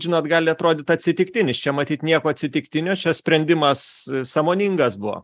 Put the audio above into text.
žinot gali atrodyt atsitiktinis čia matyt nieko atsitiktinio čia sprendimas sąmoningas buvo